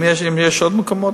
אם יש עוד מקומות,